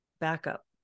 backup